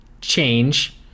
change